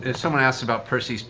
and someone asked about percy.